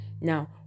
Now